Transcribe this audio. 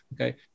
okay